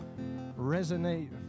Resonate